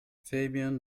fabian